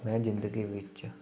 ਮੈਂ ਜ਼ਿੰਦਗੀ ਵਿੱਚ